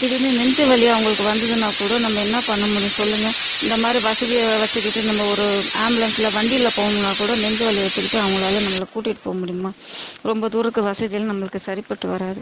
திடீர்ன்னு நெஞ்சு வலி அவங்களுக்கு வந்ததுன்னா கூட நம்ம என்ன பண்ண முடியும் சொல்லுங்கள் இந்த மாதிரி வசதியை வச்சுக்கிட்டு நம்ம ஒரு ஆம்புலன்ஸில் வண்டியில் போகணும்னா கூட நெஞ்சு வலியை வச்சுக்கிட்டு அவங்களால் நம்மளை கூட்டிகிட்டு போக முடியுமா ரொம்ப தூரத்து வசதிலாம் நம்மளுக்கு சரிப்பட்டு வராது